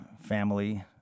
Family